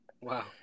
Wow